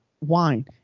wine